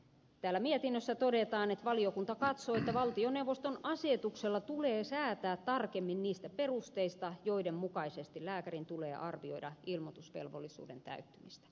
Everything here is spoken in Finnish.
täällä mietinnössä todetaan että valiokunta katsoo että valtioneuvoston asetuksella tulee säätää tarkemmin niistä perusteita joiden mukaisesti lääkärin tulee arvioida ilmoitusvelvollisuuden täyttymistä